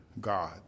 God